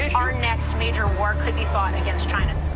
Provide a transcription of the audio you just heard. ah our next major war could be fought against china.